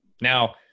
Now